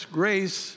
grace